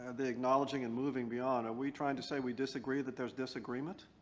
the acknowledging and moving beyond. are we trying to say we disagree that there's disagreement?